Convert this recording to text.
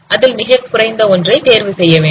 அதில் மிகக்குறைந்த ஒன்றை தேர்வு செய்யவேண்டும்